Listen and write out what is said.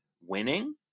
winning